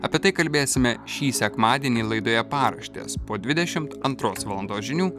apie tai kalbėsime šį sekmadienį laidoje paraštės po dvidešimt antros valandos žinių